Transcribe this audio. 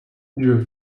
drew